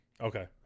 Okay